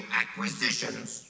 acquisitions